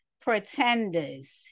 Pretenders